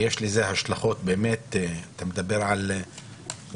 ויש לזה השלכות אתה מדבר על עיקולים,